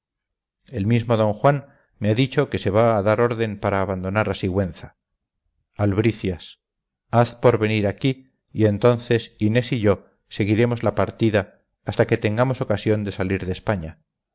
el mismo d juan martín me ha dicho que se va a dar orden para abandonar a sigüenza albricias haz por venir aquí y entonces inés y yo seguiremos la partida hasta que tengamos ocasión de salir de españa